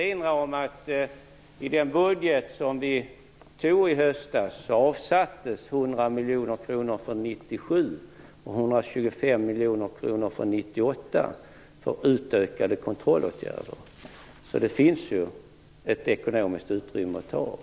I den budget som vi tog i höstas avsattes ju 100 miljoner kronor för 1997 och 125 miljoner kronor för 1998 för utökade kontrollåtgärder, så det finns ett ekonomiskt utrymme att ta av.